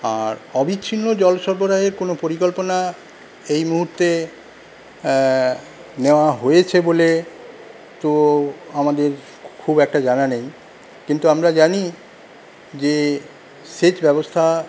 আর অবিচ্ছিন্ন জল সরবরাহের কোনো পরিকল্পনা এই মুহূর্তে নেওয়া হয়েছে বলে তো আমাদের খুব একটা জানা নেই কিন্তু আমরা জানি যে সেচ ব্যবস্থা